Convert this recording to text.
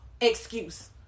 excuse